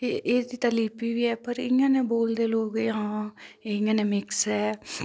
ते एह् चित्रलिपि बी ऐ पर इयां ना बोलदे भाई लोक हां कि इयां मिक्स ऐ